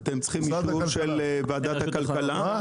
אתם צריכים אישור של ועדת הכלכלה?